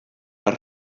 les